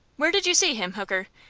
where did you see him, hooker?